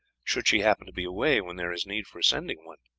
should she happen to be away when there is need for sending one.